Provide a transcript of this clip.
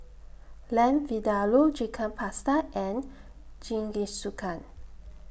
Lamb Vindaloo Chicken Pasta and Jingisukan